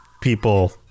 people